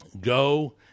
Go